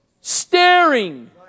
staring